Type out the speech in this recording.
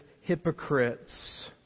hypocrites